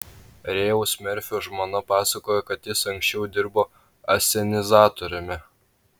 rėjaus merfio žmona pasakojo kad jis anksčiau dirbo asenizatoriumi